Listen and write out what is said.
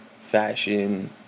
fashion